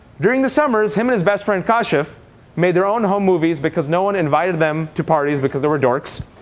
during the summer, him and his best friend kind of made their own home movies, because no one invited them to parties because they were dorks.